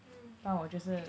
mm